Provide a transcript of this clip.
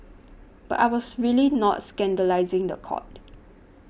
but I was really not scandalising the court